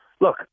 Look